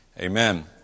Amen